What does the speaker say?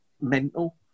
mental